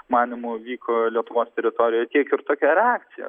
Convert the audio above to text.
manymu vyko lietuvos teritorijoj tiek ir tokia reakcija